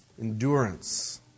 Endurance